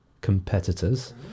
competitors